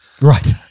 Right